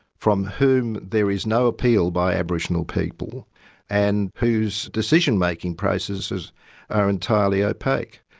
from whom there is no appeal by aboriginal people and whose decision-making processes are entirely opaque,